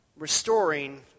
restoring